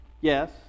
Yes